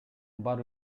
бар